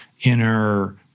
inner